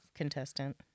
contestant